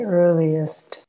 earliest